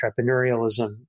entrepreneurialism